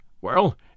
Well